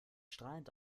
strahlend